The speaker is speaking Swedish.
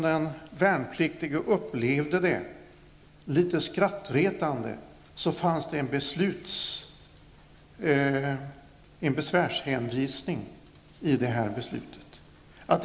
Den värnpliktige upplevde det som litet skrattretande att det fanns en besvärshänvisning i beslutet.